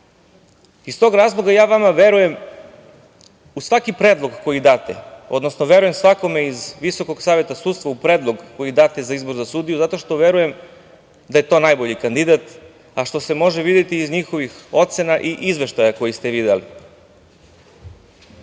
Iz tog razloga ja vama verujem za svaki predlog koji date, odnosno verujem svakome iz Visokog saveta sudstva, u predlog koji date za izbor za sudiju, zato što verujem da je to najbolji kandidat, a što se može videti iz njihovih ocena i izveštaja koji ste vi